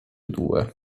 due